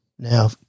Now